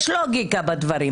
יש לוגיקה בדברים.